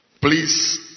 please